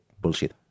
bullshit